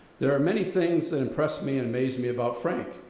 there are many things that impress me and amaze me about frank.